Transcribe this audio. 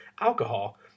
alcohol